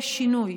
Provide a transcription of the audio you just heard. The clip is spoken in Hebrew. יש שינוי.